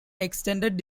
extended